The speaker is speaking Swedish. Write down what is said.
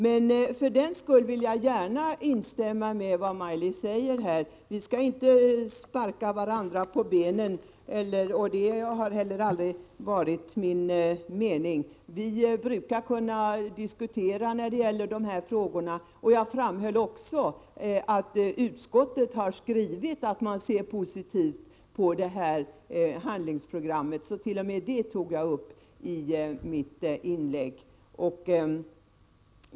Men jag vill gärna instämma när Maj-Lis Lööw säger att vi inte skall sparka varandra på benen. Det har heller aldrig varit min mening. Vi brukar kunna diskutera de här frågorna i samförstånd. Jag framhöll också att utskottet har skrivit att man ser positivt på det här handlingsprogrammet —t.o.m. det tog jag upp i mitt inlägg.